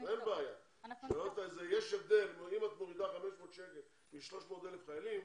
אם את מורידה 500 שקלים מ-300,000 חיילים,